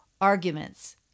arguments